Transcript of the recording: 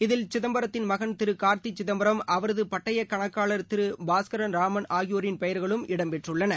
இதில் சிதம்பரத்தின் மகன் திருகாா்த்திசிதம்பரம் அவரதுபட்டயகணக்காளா் திருபாஸ்கா் ராமன் ஆகியோரின் பெயர்களும் இடம்பெற்றுள்ளன